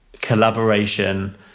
collaboration